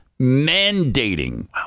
mandating